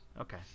okay